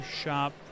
shop